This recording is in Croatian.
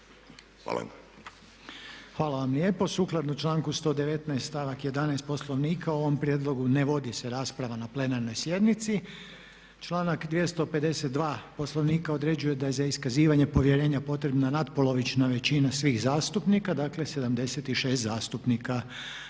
(HDZ)** Hvala vam lijepo. Sukladno članku 119., stavak 11. Poslovnika o ovom prijedlogu ne vodi se rasprava na plenarnoj sjednici. Članak 252. Poslovnika određuje da je za iskazivanje povjerenja potrebna nad polovična većina svih zastupnika, dakle 76 zastupnika.